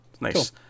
nice